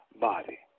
body